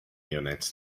units